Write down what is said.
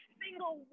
single